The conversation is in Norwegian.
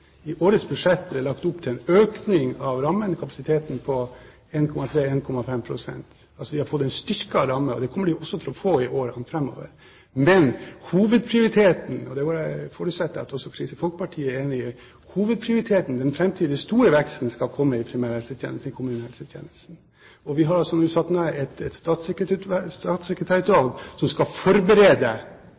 I årets budsjett er det lagt opp til en økning av rammekapasiteten på 1,3 pst.–1,5 pst. Vi har altså fått en styrket ramme. Det kommer vi også til å få i årene framover. Men hovedprioriteten, den framtidige store veksten, – det forutsetter jeg at også Kristelig Folkeparti er enig i – skal komme i primærhelsetjenesten i kommunehelsetjenesten. Vi har altså nedsatt et statssekretærutvalg som skal forberede